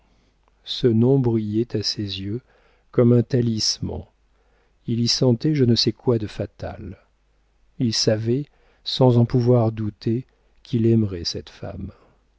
ce nom brillait à ses yeux comme un talisman il y sentait je ne sais quoi de fatal il savait sans en pouvoir douter qu'il aimerait cette femme